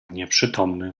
nieprzytomny